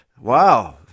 Wow